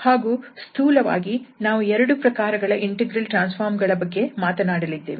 ಹಾಗೂ ಸ್ಥೂಲವಾಗಿ ನಾವು ಎರಡು ಪ್ರಕಾರಗಳ ಇಂಟೆಗ್ರಲ್ ಟ್ರಾನ್ಸ್ ಫಾರ್ಮ್ ಗಳ ಬಗ್ಗೆ ಮಾತನಾಡಲಿದ್ದೇವೆ